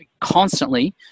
constantly